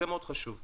זה מאוד חשוב.